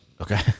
Okay